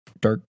dark